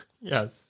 Yes